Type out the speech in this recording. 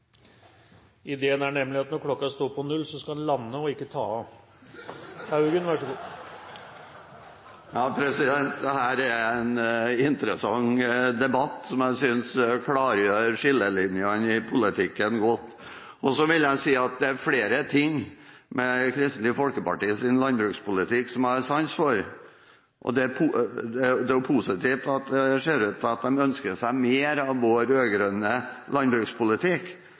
Ideen er nemlig at når klokka står på null, skal en lande og ikke ta av. Dette er en interessant debatt som jeg synes klargjør skillelinjene i politikken godt. Så vil jeg si at det er flere ting med Kristelig Folkepartis landbrukspolitikk som jeg har sans for. Det er jo positivt at det ser ut til at de ønsker seg mer av vår rød-grønne landbrukspolitikk.